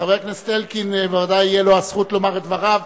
חבר הכנסת אלקין ודאי תהיה לו הזכות לומר את דבריו,